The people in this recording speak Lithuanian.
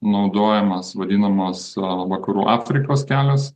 naudojamas vadinamos vakarų afrikos kelios